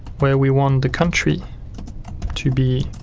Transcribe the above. where we want the country to be